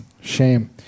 Shame